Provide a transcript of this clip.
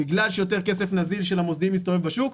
בגלל שיותר כסף נזיל של המוסדיים מסתובב בשוק,